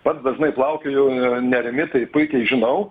pats dažnai plaukioju nerimi tai puikiai žinau